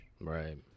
right